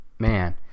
man